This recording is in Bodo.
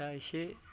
दा इसे